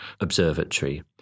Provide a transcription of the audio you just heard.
observatory